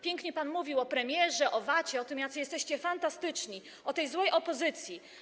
Pięknie pan mówił o premierze, o Vacie, o tym, jacy jesteście fantastyczni, o tej złej opozycji.